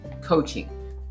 Coaching